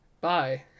Bye